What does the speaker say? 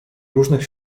różnych